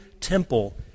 temple